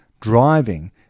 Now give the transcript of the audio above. driving